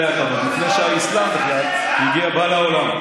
כאן עוד לפני שהאסלאם בכלל בא לעולם.